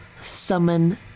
summon